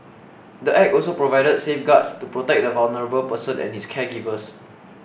the Act also provides safeguards to protect the vulnerable person and his caregivers